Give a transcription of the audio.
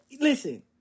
Listen